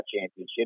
Championship